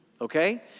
okay